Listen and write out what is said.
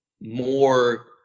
more